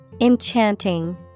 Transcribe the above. Enchanting